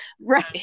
right